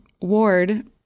ward